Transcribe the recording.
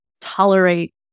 tolerate